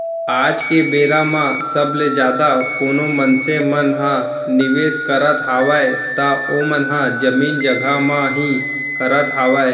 आज के बेरा म सबले जादा कोनो मनसे मन ह निवेस करत हावय त ओमन ह जमीन जघा म ही करत हावय